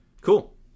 cool